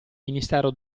ministero